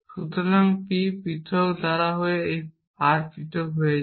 সুতরাং P পৃথক ধারা হয়ে যায় R পৃথক ধারা হয়ে যায়